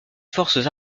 forces